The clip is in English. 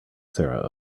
sarah